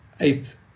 eight